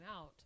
out